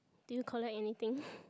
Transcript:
do you collect anything